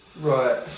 Right